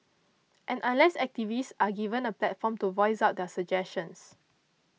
and unless activists are given a platform to voice out their suggestions